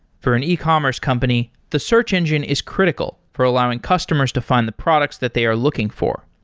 for an ecommerce company, the search engine is critical for allowing customers to find the products that they are looking for.